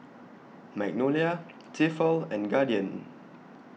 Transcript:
Magnolia Tefal and Guardian